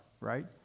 right